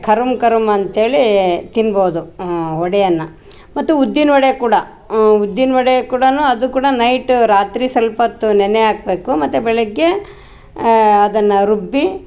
ಕರುಮ್ ಕರುಮ್ ಅಂತ್ಹೇಳಿ ತಿನ್ಬೋದು ವಡೆಯನ್ನ ಮತ್ತು ಉದ್ದಿನ ವಡೆ ಕೂಡ ಉದ್ದಿನ ವಡೆ ಕೂಡನು ಅದು ಕೂಡ ನೈಟ್ ರಾತ್ರಿ ಸಲ್ಪತ್ತು ನೆನೆ ಹಾಕ್ಬೇಕು ಮತ್ತು ಬೆಳಗ್ಗೆ ಅದನ್ನ ರುಬ್ಬಿ